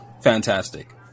fantastic